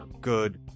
Good